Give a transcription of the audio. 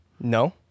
No